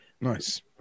Nice